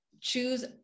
choose